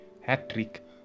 hat-trick